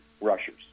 rushers